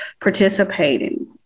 participating